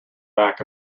back